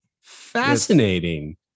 Fascinating